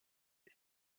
est